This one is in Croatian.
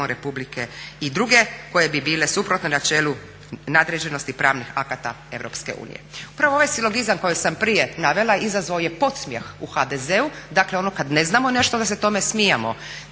republike i druge koje bi bile suprotne načelu nadređenosti pravnih akata EU. Upravo ovaj silogizam koji sam prije navela izazvao je podsmijeh u HDZ-u, dakle ono kad ne znamo nešto onda se tome smijemo.